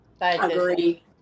agree